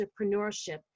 Entrepreneurship